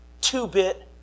two-bit